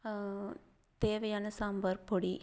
தேவையான சாம்பார் பொடி